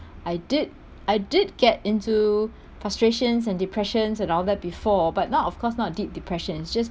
I did I did get into frustrations and depressions and all that before but not of course not deep depressions just